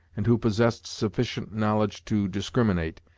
and who possessed sufficient knowledge to discriminate,